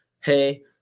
Hey